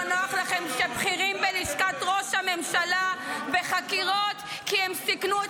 לא נוח לכם שבכירים בלשכת ראש הממשלה בחקירות כי הם סיכנו את